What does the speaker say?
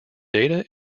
data